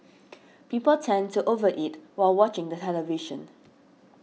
people tend to overeat while watching the television